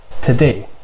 today